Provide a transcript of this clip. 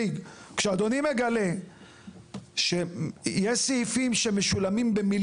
רק שייתן לו מכתב שיפוי שאם הוא ייתבע